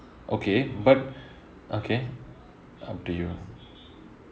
okay but okay up to you